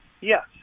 yes